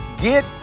Get